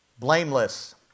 Blameless